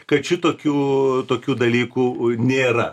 kad šitokių tokių dalykų nėra